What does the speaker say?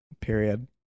Period